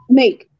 make